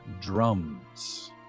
drums